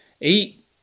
eat